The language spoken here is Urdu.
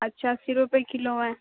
اچھا اَسی روپئے کلو ہیں